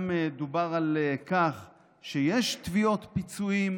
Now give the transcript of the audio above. גם דובר על כך שיש תביעות פיצויים